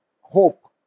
hope